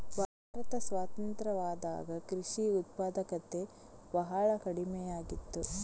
ಭಾರತ ಸ್ವತಂತ್ರವಾದಾಗ ಕೃಷಿ ಉತ್ಪಾದಕತೆ ಬಹಳ ಕಡಿಮೆಯಾಗಿತ್ತು